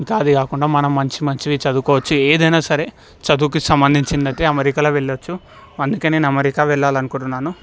ఇంకా అవే కాకుండా మనం మంచి మంచివి చదువుకోవచ్చు ఏదైనా సరే చదువుకు సంబంధించిందంటే అమెరికా వెళ్లచ్చు అందుకే నేను అమెరికా వెళ్లాలనుకుంటున్నాను